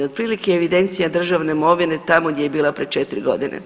Otprilike evidencija državne imovine je tamo gdje je bila prije 4 godine.